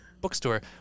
bookstore